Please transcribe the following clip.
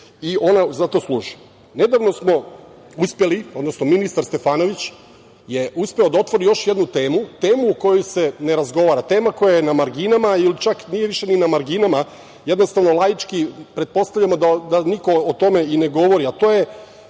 i ona zato služi. Nedavno smo uspeli, odnosno ministar Stefanović je uspeo da otvori još jednu temu, temu o kojoj se ne razgovara, tema koja je na marginama ili čak nije više ni na marginama, jednostavno laički pretpostavimo da niko o tome i ne govori. To je